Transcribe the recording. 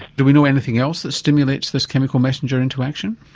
do we know anything else that stimulates this chemical messenger into action?